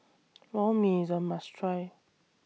Lor Mee IS A must Try